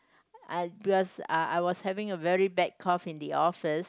I was uh I was having a very bad cough in the office